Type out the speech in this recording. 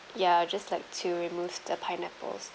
ya I'll just like to remove the pineapples